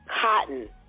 cotton